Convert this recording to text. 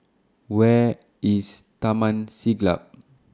Where IS Taman Siglap